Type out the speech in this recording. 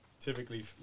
typically